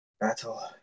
battle